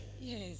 Yes